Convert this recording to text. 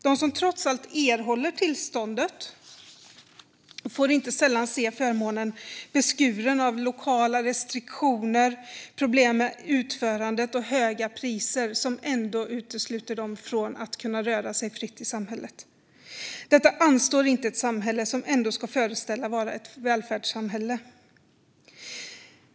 De som trots allt erhåller tillståndet får inte sällan se förmånen beskuren av lokala restriktioner, problem med utförandet och höga priser som ändå utesluter dem från att kunna röra sig fritt i samhället. Detta anstår inte ett samhälle som ska föreställa ett välfärdssamhälle.